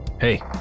hey